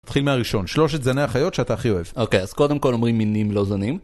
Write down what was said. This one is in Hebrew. נתחיל מהראשון, שלושת זני החיות שאתה הכי אוהב. אוקיי, אז קודם כל אומרים מינים לא זנים.